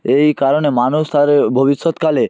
এই কারণে মানুষ তাদের ভবিষ্যৎকালে